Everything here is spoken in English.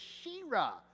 She-Ra